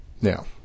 Now